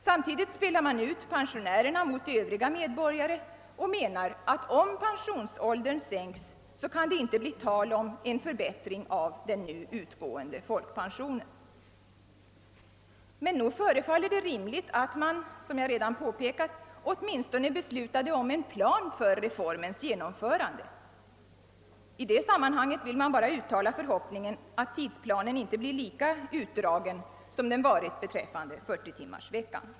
Samtidigt spelar man ut pensionärerna mot övriga medborgare och menar, att om pensionsåldern sänks kan det inte bli tal om förbättring av den nu utgående folkpensionen. Men nog förefaller det rimligt att man — som jag redan påpekat — åtminstone skulle besluta om en plan för reformens genomförande. I det sammanhanget vill jag bara uttala förhoppningen att tidsplanen inte blir lika utdragen som den varit beträffande 40-timmarsveckan.